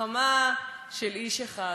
גחמה של איש אחד,